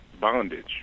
bondage